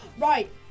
Right